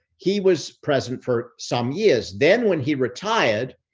he was present for some years. then when he retired,